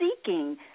seeking